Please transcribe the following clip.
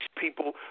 people